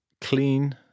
clean